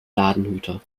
ladenhüter